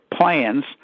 plans